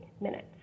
minutes